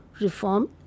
reform